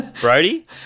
Brody